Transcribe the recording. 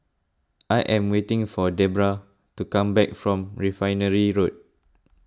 I am waiting for Debrah to come back from Refinery Road